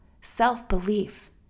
self-belief